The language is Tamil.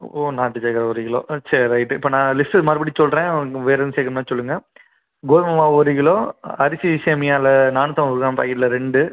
ஓ நாட்டுச்சக்கரை ஒரு கிலோ சரி ரைட்டு இப்போ நான் லிஸ்ட்டு மறுபடியும் சொல்கிறேன் வேறு எதுவும் சேர்க்கணும்னா சொல்லுங்கள் கோதுமை மாவு ஒரு கிலோ அரிசி சேமியாவில் நானூற்றைம்பது கிராம் பாக்கெட்டில் ரெண்டு